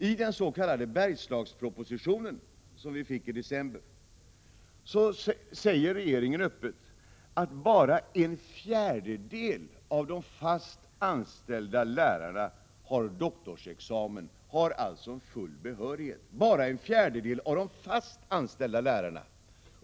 I den s.k. Bergslagspropositionen, som vi fick i december, säger regeringen öppet att bara en fjärdedel av de fast anställda lärarna har doktorsexamen, dvs. full behörighet — bara en fjärdedel av de fast anställda lärarna!